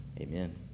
Amen